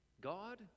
God